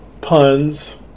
puns